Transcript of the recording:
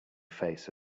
face